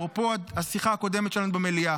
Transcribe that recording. אפרופו השיחה הקודמת שלנו במליאה,